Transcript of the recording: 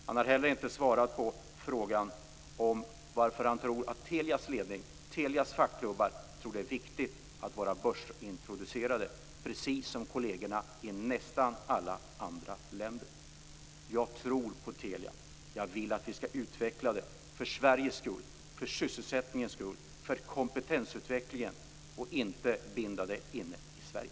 Han har heller inte svarat på varför han tror att Telias ledning och fackklubbar tror att det är viktigt att vara börsintroducerade, precis som kollegerna i nästan alla andra länder. Jag tror på Telia. Jag vill att vi skall utveckla bolaget för Sveriges skull, för sysselsättningens skull och för kompetensutvecklingens skull och inte binda det inne i Sverige.